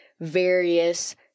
various